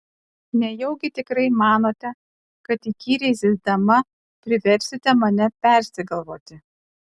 nejaugi tikrai manote kad įkyriai zyzdama priversite mane persigalvoti